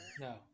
No